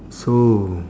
so